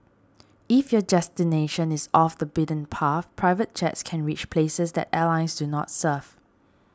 if your destination is off the beaten path private jets can reach places that airlines do not serve